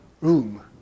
room